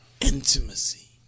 intimacy